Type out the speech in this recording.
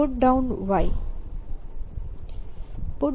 y ને Holding